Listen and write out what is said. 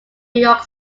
york